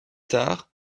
tard